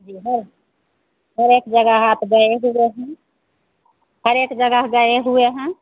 जी है हर एक जगह आप गए हर एक जगह गए हुए हैं